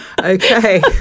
Okay